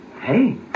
Hey